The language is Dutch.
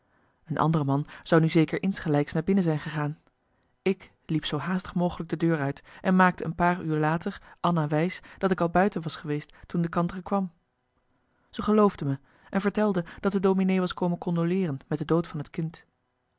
een andere man zou nu zeker insgelijks naar binnen zijn gegaan ik liep zoo haastig mogelijk de deur uit en maakte een paar uur later anna marcellus emants een nagelaten bekentenis wijs dat ik al buiten was geweest toen de kantere kwam zij geloofde me en vertelde dat de dominee was komen condoleeren met de dood van het kind